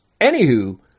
Anywho